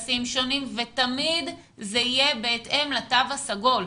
ותמיד זה יהיה בהתאם לתו הסגול.